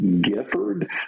Gifford